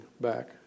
back